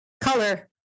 color